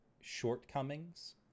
shortcomings